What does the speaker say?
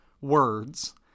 words